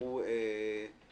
הוא מי שהיה